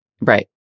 Right